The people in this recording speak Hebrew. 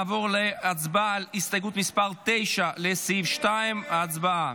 נעבור להצבעה על הסתייגות מס' 9, לסעיף 2. הצבעה.